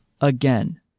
again